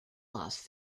lost